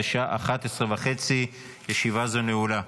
בשעה 11:30. ישיבה זו נעולה.